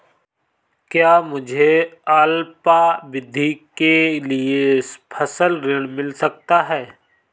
क्या मुझे अल्पावधि के लिए फसल ऋण मिल सकता है?